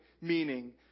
meaning